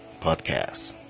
podcast